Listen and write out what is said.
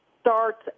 starts